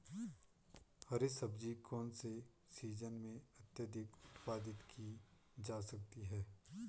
हरी सब्जी कौन से सीजन में अत्यधिक उत्पादित की जा सकती है?